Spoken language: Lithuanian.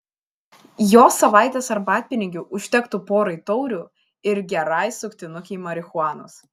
jos savaitės arbatpinigių užtektų porai taurių ir gerai suktinukei marihuanos